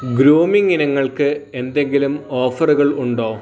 grooming ഇനങ്ങൾക്ക് എന്തെങ്കിലും ഓഫറുകൾ ഉണ്ടോ